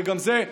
וגם זה,